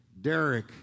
Derek